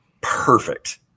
perfect